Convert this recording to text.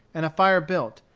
and a fire built,